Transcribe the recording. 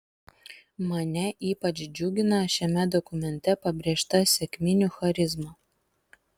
mane ypač džiugina šiame dokumente pabrėžta sekminių charizma